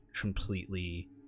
completely